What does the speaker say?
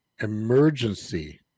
Emergency